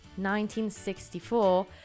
1964